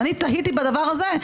ואני תהיתי בדבר הזה,